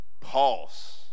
Pause